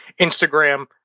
Instagram